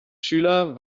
schüler